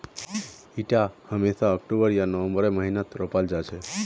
इटा हमेशा अक्टूबर या नवंबरेर महीनात रोपाल जा छे